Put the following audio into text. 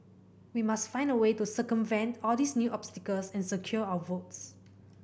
we must find a way to circumvent all these new obstacles and secure our votes